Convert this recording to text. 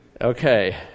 Okay